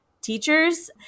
teachers